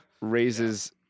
raises